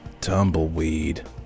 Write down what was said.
tumbleweed